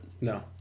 No